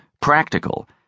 practical